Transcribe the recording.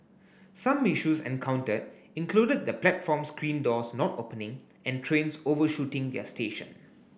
some issues encountered included the platform screen doors not opening and trains overshooting their station